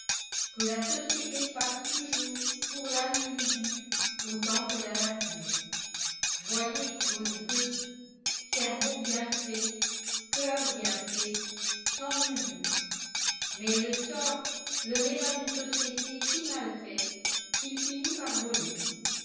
que la société fasse toujours pour l'individu autant que la nature voyez claude gueux cerveau bien fait cœur bien fait sans nul doute mais le sort le met dans une société si mal faite qu'il finit par voler